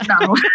No